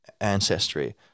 ancestry